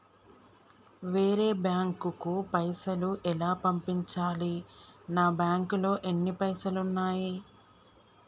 వేరే బ్యాంకుకు పైసలు ఎలా పంపించాలి? నా బ్యాంకులో ఎన్ని పైసలు ఉన్నాయి?